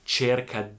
cerca